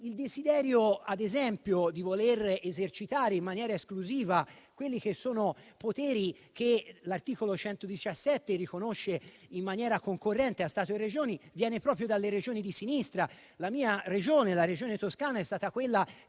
il desiderio, ad esempio, di esercitare in maniera esclusiva poteri che l'articolo 117 riconosce in maniera concorrente a Stato e Regioni viene proprio dalle Regioni di sinistra. La mia Regione, la Toscana, è stata quella